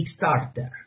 Kickstarter